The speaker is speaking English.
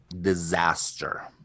disaster